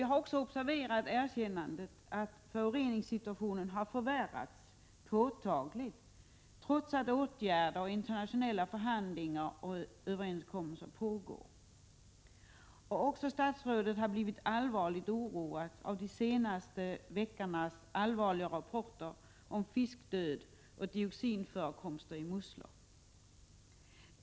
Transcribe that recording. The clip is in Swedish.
Jag har också observerat erkännandet att föroreningssituationen har förvärrats påtagligt trots pågående åtgärder och internationella förhandlingar och överenskommelser. Också statsrådet har blivit allvarligt oroad av de senaste veckornas allvarliga rapporter om fiskdöd och dioxinförekomster i musslor.